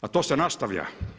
A to se nastavlja.